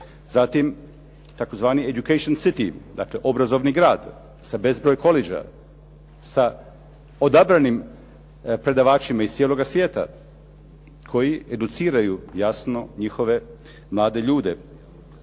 Zatim, tzv. eductation city, dakle, obrazovni grad sa bezbroj koleđa, sa odabranim predavačima iz cijeloga svijeta koji educiraju jasno njihove mlade ljude.